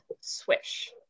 swish